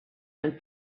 and